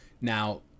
Now